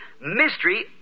mystery